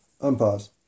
Unpause